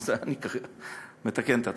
אז אני מתקן את הטעות.